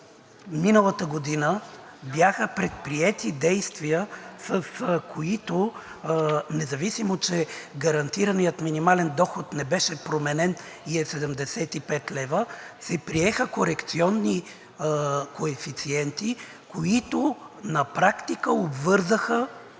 миналата година бяха предприети действия, в които, независимо че гарантираният минимален доход не беше променен и е 75 лв., се приеха корекционни коефициенти, които на практика обвързаха